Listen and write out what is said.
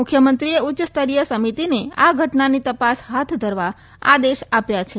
મુખ્યમંત્રીએ ઉચ્ચસ્તરીય સમિતિને આ ઘટનાની તપાસ હાથ ધરવા આદેશ આવ્યા છે